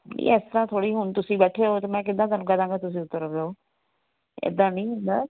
ਜੀ ਇਸ ਤਰ੍ਹਾਂ ਥੋੜ੍ਹੀ ਹੁਣ ਤੁਸੀਂ ਬੈਠੇ ਹੋ ਤਾਂ ਮੈਂ ਕਿੱਦਾਂ ਤੁਹਾਨੂੰ ਕਹਿ ਦਾਂਗਾ ਤੁਸੀਂ ਉਤਰ ਜਾਓ ਇੱਦਾਂ ਨਹੀਂ ਹੁੰਦਾ